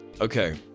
Okay